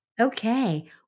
Okay